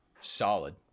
solid